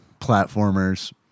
platformers